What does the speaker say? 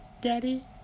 Daddy